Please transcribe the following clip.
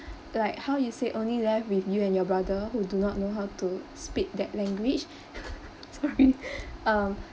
like how you said only left with you and your brother who do not know how to speak that language sorry um